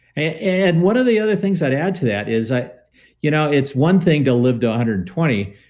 and and one of the other things i'd add to that is ah you know it's one thing to live to one hundred and twenty,